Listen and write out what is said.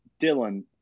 Dylan